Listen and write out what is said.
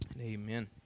Amen